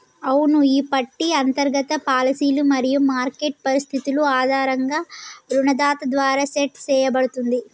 అవును ఈ పట్టి అంతర్గత పాలసీలు మరియు మార్కెట్ పరిస్థితులు ఆధారంగా రుణదాత ద్వారా సెట్ సేయబడుతుంది